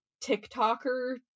tiktoker